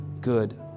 good